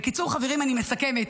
בקיצור, חברים, אני מסכמת.